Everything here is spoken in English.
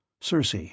Circe